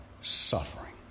suffering